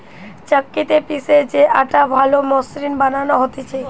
চাক্কিতে পিষে যে আটা ভালো মসৃণ বানানো হতিছে